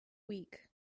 week